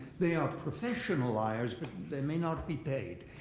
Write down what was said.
they are professional liars. but they may not be paid.